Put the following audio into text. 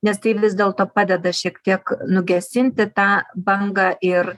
nes tai vis dėlto padeda šiek tiek nugesinti tą bangą ir